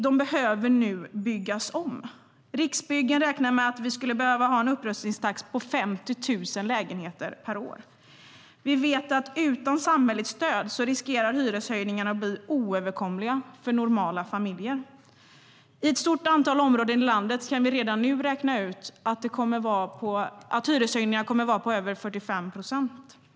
De behöver nu byggas om. Riksbyggen räknar med att vi skulle behöva ha en upprustningstakt på 50 000 lägenheter per år. Vi vet att utan samhällets stöd riskerar hyreshöjningarna att bli oöverkomliga för normala familjer. I ett stort antal områden i landet kan vi redan nu räkna ut att hyreshöjningarna kommer att vara på över 45 procent.